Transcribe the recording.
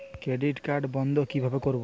Credit card বন্ধ কিভাবে করবো?